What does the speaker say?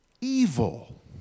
evil